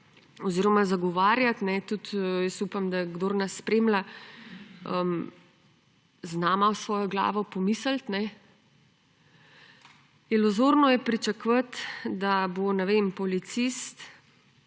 oziroma zagovarjati – tudi jaz upam, da kdor nas spremlja, zna malo s svojo glavo pomisliti. Iluzorno je pričakovati, da bo, ne vem, policist